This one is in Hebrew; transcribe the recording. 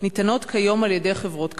ניתנות כיום על-ידי חברות קבלן.